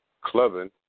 clubbing